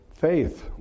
faith